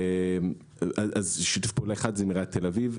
אם כן, שיתוף פעולה אחד הוא עם עיריית תל אביב.